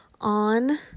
on